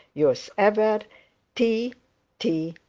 yours ever t t.